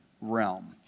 realm